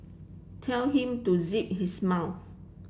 tell him to zip his mouth